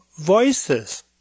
Voices